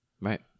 right